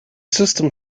system